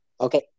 Okay